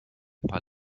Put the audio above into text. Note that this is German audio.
paar